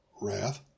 wrath